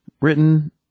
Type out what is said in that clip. written